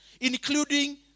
Including